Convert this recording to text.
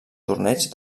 torneig